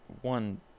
one